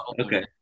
Okay